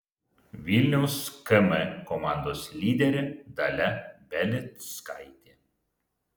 vilniaus km komandos lyderė dalia belickaitė